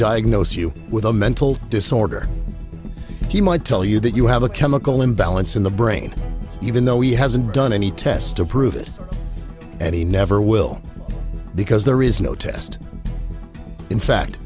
diagnose you with a mental disorder he might tell you that you have a chemical imbalance in the brain even though he hasn't done any tests to prove it and he never will because there is no test in fact